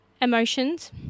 emotions